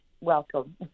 welcome